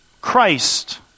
Christ